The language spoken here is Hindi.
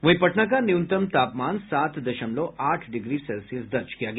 वहीं पटना का न्यूनतम तापमान सात दशमलव आठ डिग्र सेल्सियस दर्ज किया गया